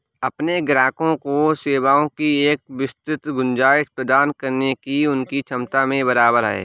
अपने ग्राहकों को सेवाओं की एक विस्तृत गुंजाइश प्रदान करने की उनकी क्षमता में बराबर है